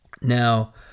Now